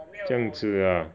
这样子 ah